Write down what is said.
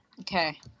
Okay